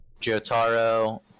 Jotaro